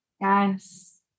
Yes